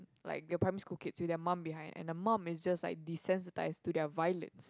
like they're primary school kids with their mum behind and the mum is just like desensitise to their violence